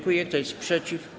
Kto jest przeciw?